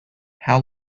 how